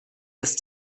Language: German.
ist